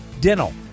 dental